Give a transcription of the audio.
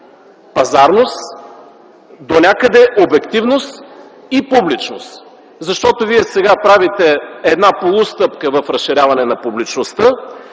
пазарност, донякъде обективност и публичност. Вие сега правите една полустъпка в разширяване на публичността,